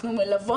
אנחנו מלוות.